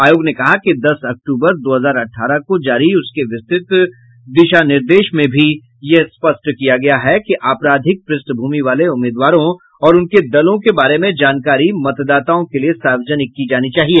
आयोग ने कहा कि दस अक्टूबर दो हजार अठारह को जारी उसके विस्तृत दिशा निर्देश में भी यह स्पष्ट कहा गया है कि आपराधिक पृष्ठभूमि वाले उम्मीदवारों और उनके दलों के बारे में जानकारी मतदाताओं के लिए सार्वजनिक की जानी चाहिए